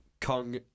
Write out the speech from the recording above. Kong